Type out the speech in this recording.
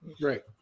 right